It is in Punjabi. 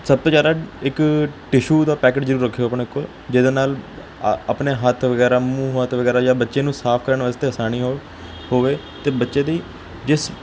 ਸਭ ਤੋਂ ਜ਼ਿਆਦਾ ਇੱਕ ਟਿਸ਼ੂ ਦਾ ਪੈਕਟ ਜ਼ਰੂਰ ਰੱਖਿਓ ਆਪਣੇ ਕੋਲ ਜਿਹਦੇ ਨਾਲ ਆ ਆਪਣੇ ਹੱਥ ਵਗੈਰਾ ਮੂੰਹ ਹੱਥ ਵਗੈਰਾ ਜਾਂ ਬੱਚੇ ਨੂੰ ਸਾਫ਼ ਕਰਨ ਵਾਸਤੇ ਆਸਾਨੀ ਹੋ ਹੋਵੇ ਅਤੇ ਬੱਚੇ ਦੀ ਜਿਸ